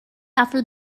after